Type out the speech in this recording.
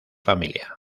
familia